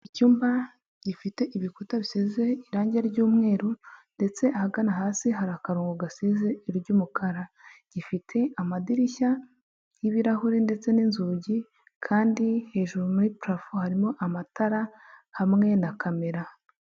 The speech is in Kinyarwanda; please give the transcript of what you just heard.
Icyumba gifite ibikuta bisize irangi ry'umweru ndetse ahagana hasi hari akarongo gasize iry'umukara, gifite amadirishya y'ibirahure ndetse n'inzugi kandi hejuru muri parafu harimo amatara hamwe na kamera.